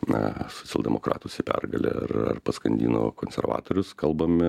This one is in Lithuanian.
na socialdemokratus į pergalę ar ar paskandino konservatorius kalbame